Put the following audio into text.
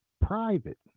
private